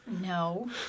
No